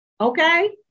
Okay